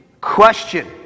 question